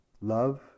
love